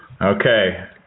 okay